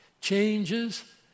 changes